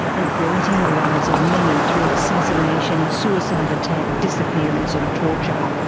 and blighting the lives of many through assassination, suicide attack, disappearance and torture.